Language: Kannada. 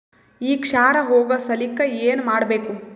ಈ ಕ್ಷಾರ ಹೋಗಸಲಿಕ್ಕ ಏನ ಮಾಡಬೇಕು?